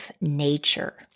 nature